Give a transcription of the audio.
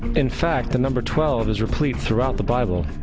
in fact, the number twelve is replete throughout the bible.